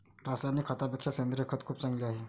रासायनिक खतापेक्षा सेंद्रिय खत खूप चांगले आहे